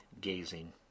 gazing